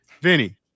Vinny